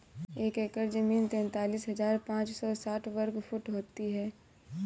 एक एकड़ जमीन तैंतालीस हजार पांच सौ साठ वर्ग फुट होती है